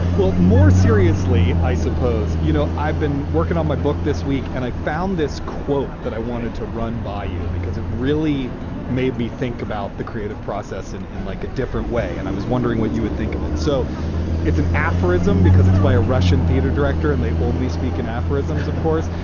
well, more seriously, i suppose, you know, i've been working on my book this week and i found this quote that i wanted to run by you because it really made me think about the creative process and in like a different way. and i was wondering what you would think of it. so it's an aphorism because it's by a russian theater director and they only speak in aphorisms, of course.